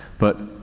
but,